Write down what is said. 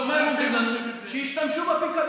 כל הזמן הם אומרים לנו: שישתמשו בפיקדון.